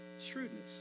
shrewdness